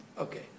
Okay